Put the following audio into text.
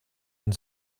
and